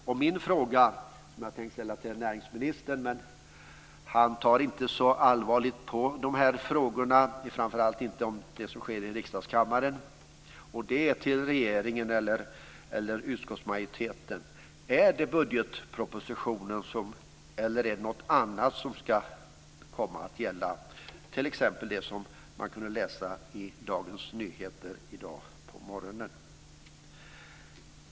Jag har en fråga som jag hade tänkt ställa till näringsministern, men han tar inte så allvarligt på de här frågorna, framför allt inte på det som sker i riksdagskammaren. Frågan är till regeringen eller utskottsmajoriteten: Är det budgetpropositionen eller något annat som ska komma att gälla - t.ex. det som man kunde läsa i Dagens Nyheter i dag på morgonen?